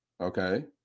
Okay